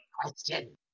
question